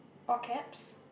all caps